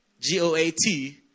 G-O-A-T